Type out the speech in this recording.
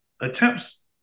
attempts